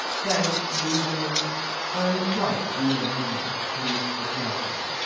thank you, ma'am i am quite near enough to mr. jarber.